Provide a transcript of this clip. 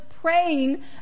praying